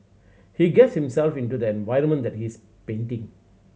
he gets himself into the environment that he's painting